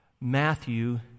Matthew